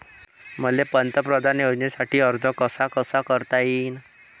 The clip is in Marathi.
मले पंतप्रधान योजनेसाठी अर्ज कसा कसा करता येईन?